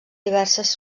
diverses